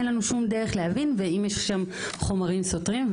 אין לנו שום דרך להבין ואם יש שם חומרים סותרים,